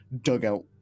dugout